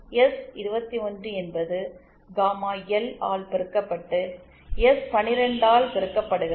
எஸ்21 என்பது gamma L ஆல் பெருக்கப்பட்டு எஸ்12 ஆல் பெருக்கப்படுகிறது